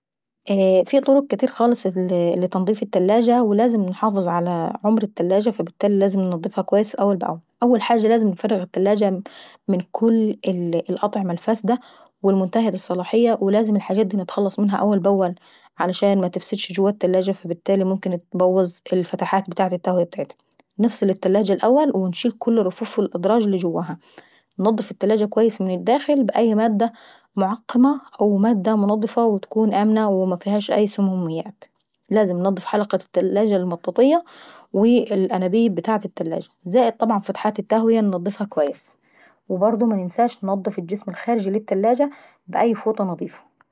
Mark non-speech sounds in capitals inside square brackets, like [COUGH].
[HESITATION] في طرق كاتيرة خالص لتنضيف التلاجة، ولازم نحافظ على عمر التلاجة فالبتالي لازم ننضفها كويس اول بأول. اول حادة لازم نفرغ التلاجة من كل الأطعمة الفاسدة والمنتهية الصلاحية ولازم الحاجات دي نتخلص منها اول بأول علشان متفسدش جوة التلاجة فابالتالي ممكن تبوظ الفتحات ابتاعت التهوية ابتعاتها. نفصل التلاجة الاول ونشيل كل الرفوف والادراج اللي جواها. وننضف التلاجة اكويس من الداخل بايها مادة معقمة او مادة منضفة وتكون امنة ومفيهاش ايها سموميات. لازم ننضف حلقة التلاجة المطاطية وي الانابيب ابتاعات التلاجة زائد طبعا فتحات التهوية اننضفها اكويس. وبرضه مننساش اننضف الجسم الخارجي للتلاجة باي فوطة نضيفة.